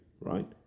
right